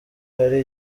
hari